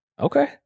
Okay